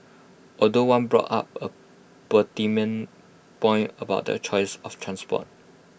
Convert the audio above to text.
although one brought up A pertinent point about the choice of transport